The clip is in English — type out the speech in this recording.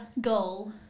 goal